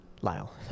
Lyle